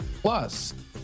Plus